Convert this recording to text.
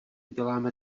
děláme